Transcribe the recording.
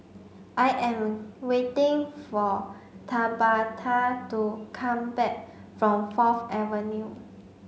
I am waiting for Tabatha to come back from Fourth Avenue